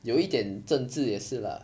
有一点政治也是 lah